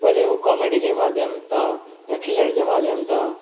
भले हो कॉमेडी जे माध्यमु तां या खिलण जे माध्यमु तां